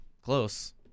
close